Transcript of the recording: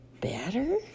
Better